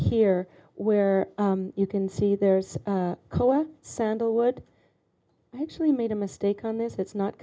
here where you can see there's a koala sandal wood actually made a mistake on this it's not